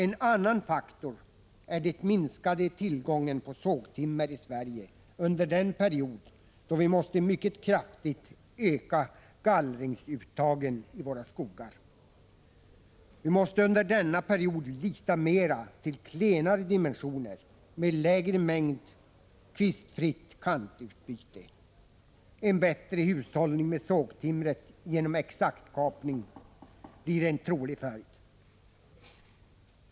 En annan faktor är den minskade tillgången på sågtimmer i Sverige under den period då vi måste mycket kraftigt öka gallringsuttagen i våra skogar. Vi måste under denna period lita mera till klenare dimensioner med lägre mängd kvistfritt kantutbyte. En bättre hushållning med sågtimret genom exaktkapning blir en trolig följd.